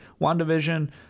WandaVision